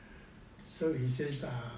so he says ah